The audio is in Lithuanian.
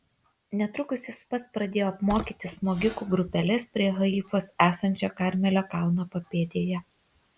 netrukus jis pats pradėjo apmokyti smogikų grupeles prie haifos esančio karmelio kalno papėdėje